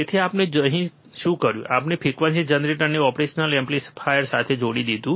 તેથી આપણે અહીં શું કર્યું છે આપણે ફ્રીક્વન્સી જનરેટરને ઓપરેશનલ એમ્પ્લીફાયર સાથે જોડી દીધું છે